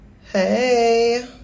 Hey